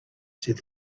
said